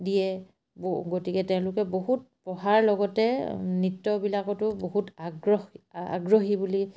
দিয়ে গতিকে তেওঁলোকে বহুত পঢ়াৰ লগতে নৃত্যবিলাকতো বহুত আগ্ৰহ আগ্ৰহী বুলি